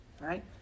right